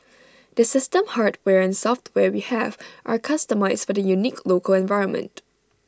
the system hardware and software we have are customised for the unique local environment